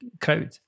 crowd